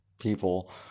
people